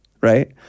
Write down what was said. right